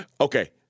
Okay